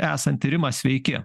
esanti rima sveiki